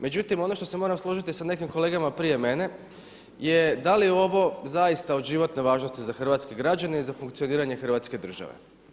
Međutim, ono što se moram složiti sa nekim kolegama prije mene je da li je ovo zaista od životne važnosti za hrvatske građane i za funkcioniranje Hrvatske države?